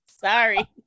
Sorry